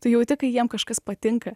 tu jauti kai jiem kažkas patinka